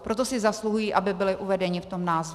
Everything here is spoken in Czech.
Proto si zasluhují, aby byli uvedeni v tom názvu.